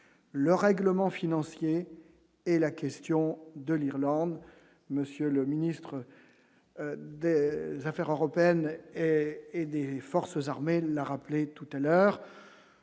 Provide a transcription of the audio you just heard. le règlement financier et la question de l'Irlande, monsieur le ministre des Affaires européennes et des forces armées, l'a rappelé tout à l'heure,